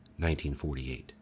1948